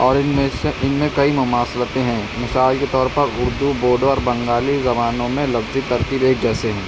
اور ان میں سے ان میں کئی مماثلتیں ہیں مثال کے طور پر اردو بوڈو اور بنگالی زبانوں میں لفظی ترتیب ایک جیسے ہیں